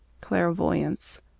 clairvoyance